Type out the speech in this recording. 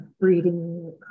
breeding